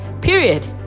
period